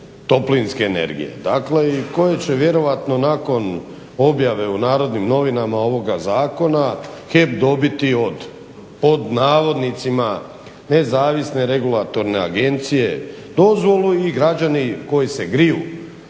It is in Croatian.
toplinske energije, dakle i koje će vjerojatno nakon objave u Narodnim novinama ovoga zakona HEP dobiti od pod navodnicima Nezavisne regulatorne agencije dozvolu i građani koji se griju